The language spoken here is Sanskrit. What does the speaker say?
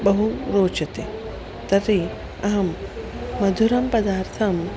बहु रोचते तर्हि अहं मधुरं पदार्थं